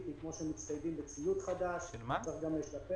כי כפי שמצטיידים בציוד חדש צריך גם לשפר